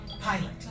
pilot